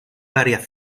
varias